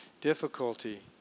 difficulty